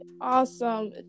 Awesome